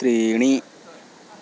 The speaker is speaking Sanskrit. त्रीणि